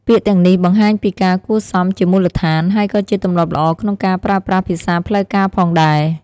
ពាក្យទាំងនេះបង្ហាញពីការគួរសមជាមូលដ្ឋាន ហើយក៏ជាទម្លាប់ល្អក្នុងការប្រើប្រាស់ភាសាផ្លូវការផងដែរ។